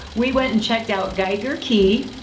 we went and checked out geiger key.